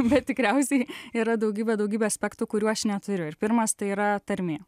bet tikriausiai yra daugybė daugybė aspektų kurių aš neturiu ir pirmas tai yra tarmė